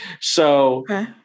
so-